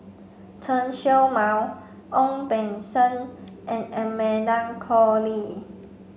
Chen Show Mao Ong Beng Seng and Amanda Koe Lee